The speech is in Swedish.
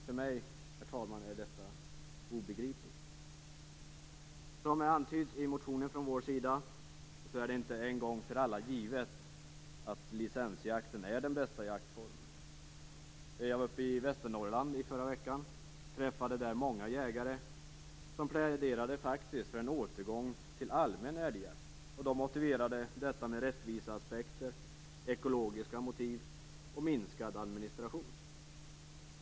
För mig, herr talman, är detta obegripligt. Som det antyds i motionen från vår sida är det inte en gång för alla givet att licensjakten är den bästa jaktformen. Jag var uppe i Västernorrland i förra veckan och träffade där många jägare som faktiskt pläderade för en återgång till allmän älgjakt. De motiverade detta med rättviseaspekter, ekologiska faktorer och minskad administration.